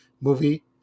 movie